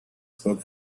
spoke